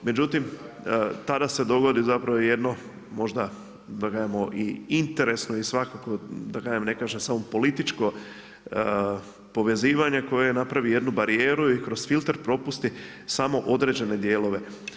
Međutim, tada se dogodi zapravo jedno možda da kažemo i interesno i svakakvo da ne kažem samo političko povezivanje koje napravi jednu barijeru i kroz filter propusti samo određene dijelove.